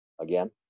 again